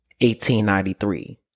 1893